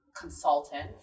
consultant